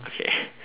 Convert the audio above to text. okay